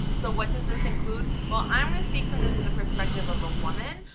so what does this include? well i'm gonna speak from this in the perspective of a woman,